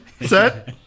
set